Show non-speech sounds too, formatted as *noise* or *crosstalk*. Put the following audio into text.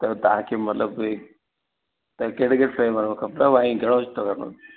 त तव्हांखे मतिलबु की त कहिड़ी कहिड़े फ्लेवर में खपे ऐं *unintelligible*